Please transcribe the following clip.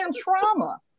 trauma